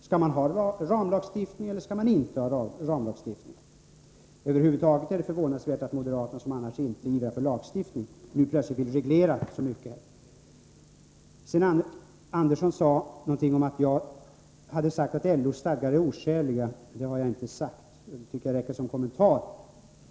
Skall man ha ramlagsstiftning, eller skall man inte ha ramlagsstiftning? Över huvud taget är det förvånansvärt att moderaterna, som annars inte ivrar för lagstiftning, nu plötsligt vill reglera så mycket. Sten Andersson i Malmö sade någonting om att jag hade sagt att LO:s stadgar är oskäliga, men det har jag inte sagt. Det tycker jag räcker som kommentar.